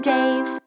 Dave